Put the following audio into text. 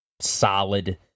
solid